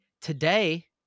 today